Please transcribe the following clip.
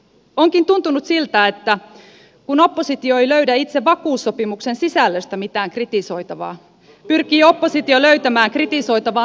onkin tuntunut siltä että kun oppositio ei löydä itse vakuussopimuksen sisällöstä mitään kritisoitavaa pyrkii oppositio löytämään kritisoitavaa muotoseikoista